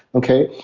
okay?